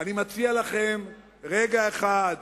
אני מציע לכם: רגע אחד,